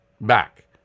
Back